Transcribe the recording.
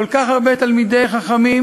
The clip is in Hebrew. כל כך הרבה תלמידי חכמים,